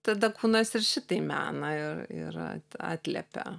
tada kūnas ir šitai mena ir ir atliepia